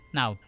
now